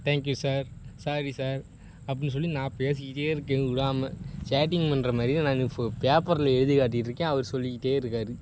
thank you sir sorry sir அப்படின்னு சொல்லி நான் பேசிக்கிட்டே இருக்கேன் விடாம சேட்டிங் பண்ணுற மாதிரியே நான் ஃபோ பேப்பரில் எழுதி காட்டிகிட்டுருக்கேன் அவர் சொல்லிக்கிட்டே இருக்கார்